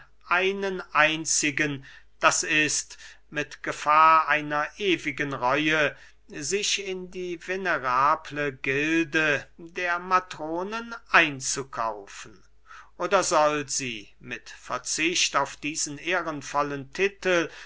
einen einzigen das ist mit gefahr einer ewigen reue sich in die venerable gilde der matronen einzukaufen oder soll sie mit verzicht auf diesen ehrenvollen titel